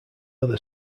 other